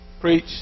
Preach